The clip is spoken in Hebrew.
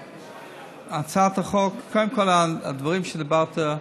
הצעת החוק, קודם כול, הדברים שדיברת,